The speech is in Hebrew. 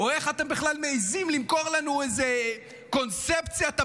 או איך אתם מעיזים עכשיו למכור לנו איזה קונספציית ביטחון?